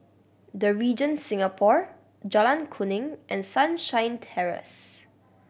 The Regent Singapore Jalan Kuning and Sunshine Terrace